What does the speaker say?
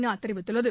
நா தெரிவித்துள்ளது